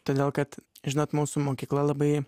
todėl kad žinot mūsų mokykla labai